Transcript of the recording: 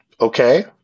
okay